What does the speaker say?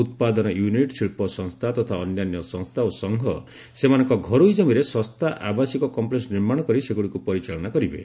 ଉତ୍ପାଦନ ୟୁନିଟ୍ ଶିଳ୍ପ ସଂସ୍ଥା ତଥା ଅନ୍ୟାନ୍ୟ ସଂସ୍ଥା ଓ ସଂଘ ସେମାନଙ୍କ ଘରୋଇ ଜମିରେ ଶସ୍ତା ଆବାସିକ କଂପ୍ଲେକ୍ସ ନିର୍ମାଣ କରି ସେଗୁଡ଼ିକୁ ପରିଚାଳନା କରିବେ